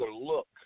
look